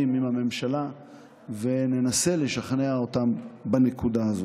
עם הממשלה וננסה לשכנע אותם בנקודה הזאת.